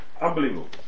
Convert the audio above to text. unbelievable